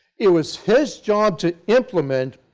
it was his job to implement